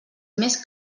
més